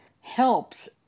Helps